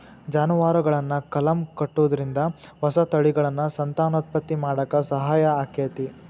ಜಾನುವಾರುಗಳನ್ನ ಕಲಂ ಕಟ್ಟುದ್ರಿಂದ ಹೊಸ ತಳಿಗಳನ್ನ ಸಂತಾನೋತ್ಪತ್ತಿ ಮಾಡಾಕ ಸಹಾಯ ಆಕ್ಕೆತಿ